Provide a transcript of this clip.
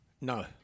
No